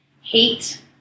Hate